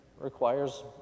requires